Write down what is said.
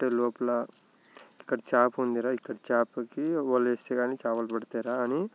కొట్టే లోపల అక్కడ చేప ఉందిరా ఇక్కడ చేపకి వలేస్తే కానీ చేపలు పడతాయిరా అని